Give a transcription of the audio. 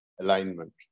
alignment